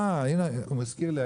הוא הזכיר לי.